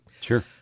Sure